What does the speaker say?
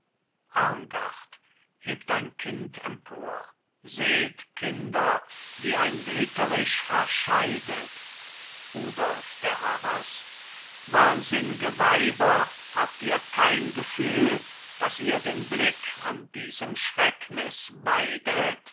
ein kind empor seht kinder wie ein wüterich verscheidet rudolf der harras wahnsinn'ge weiber habt ihr kein gefühl dass ihr den blick an diesem schrecknis weidet